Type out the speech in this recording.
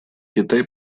китай